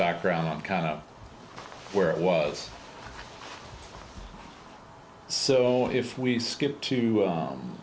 background on kind of where it was so if we skip to